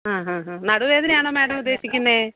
ആ ഹ ഹ നടുവേദനയാണോ മേടം ഉദ്ദേശിക്കുന്നത്